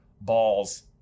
balls